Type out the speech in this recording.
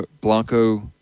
Blanco